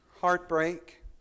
heartbreak